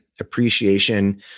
appreciation